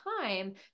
time